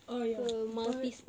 oh yang